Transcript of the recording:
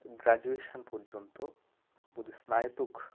graduation পর্যন্ত বোধহয় স্নাতক